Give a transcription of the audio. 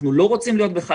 אנחנו לא רוצים להיות בחל"ת,